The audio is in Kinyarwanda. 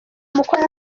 mukobwa